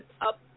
up